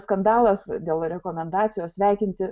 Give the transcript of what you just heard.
skandalas dėl rekomendacijos sveikinti